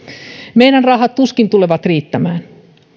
meidän rahat tuskin tulevat riittämään